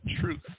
truth